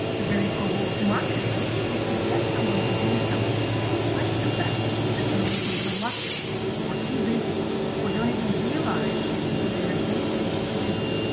the very goal of marketing is to get someone to do something despite the fact that they may be reluctant or too busy or don't even realize it's to their advantage to do it.